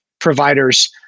providers